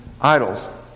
idols